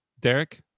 Derek